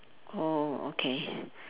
oh o~ okay